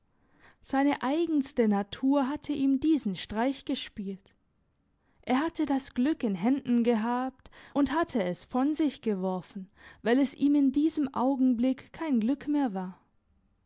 seine eigenste natur hatte ihm diesen streich gespielt er hatte das glück in händen gehabt und hatte es von sich geworfen weil es ihm in diesem augenblick kein glück mehr war